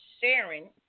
sharing